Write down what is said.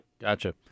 Gotcha